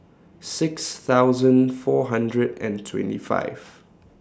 six thousand four hundred and twenty five